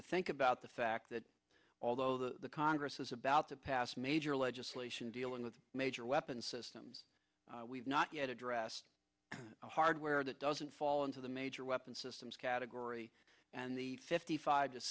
to think about the fact that although the congress is about to pass major legislation dealing with major weapons systems we have not yet addressed the hardware that doesn't fall into the major weapons systems category fifty five